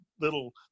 little